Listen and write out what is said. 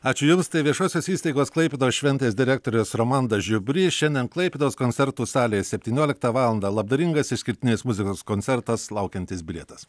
ačiū jums tai viešosios įstaigos klaipėdos šventės direktorius rolandas žiubrys šiandien klaipėdos koncertų salėje septynioliktą valandą labdaringas išskirtinės muzikos koncertas laukiantis bilietas